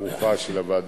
חברי חברי הכנסת,